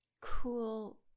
cool